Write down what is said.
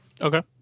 Okay